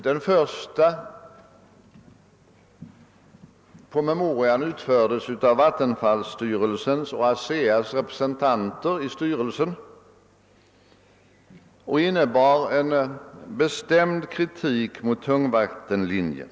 Den första promemorian utarbetades av vattenfallsstyrelsens och ASEA:s representanter i styrelsen och innebar en bestämd kritik mot tungvattenlinjen.